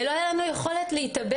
לא היה לנו יכולת להתאבל.